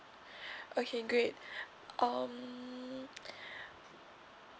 okay great um